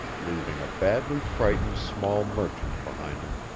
leaving a badly frightened small merchant behind him.